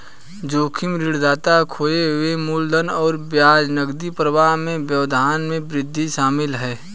जोखिम ऋणदाता खोए हुए मूलधन और ब्याज नकदी प्रवाह में व्यवधान में वृद्धि शामिल है